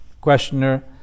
questioner